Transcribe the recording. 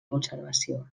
conservació